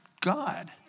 God